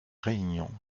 réunion